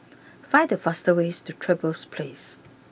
find the fastest way to Trevose place